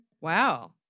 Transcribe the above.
Wow